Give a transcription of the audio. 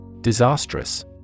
Disastrous